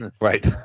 Right